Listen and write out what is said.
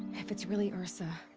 if it's really ersa.